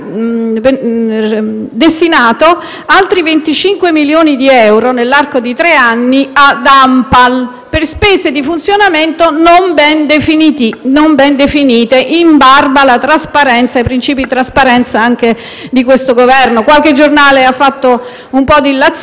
destinato altri 25 milioni di euro, nell'arco di tre anni, ad ANPAL per spese di funzionamento non ben definite, in barba ai princìpi di trasparenza anche del Governo stesso. Qualche giornale ha fatto un po' di illazioni